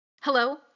Hello